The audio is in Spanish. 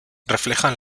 reflejan